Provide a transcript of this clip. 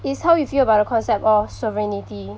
it's how you feel about the concept of sovereignty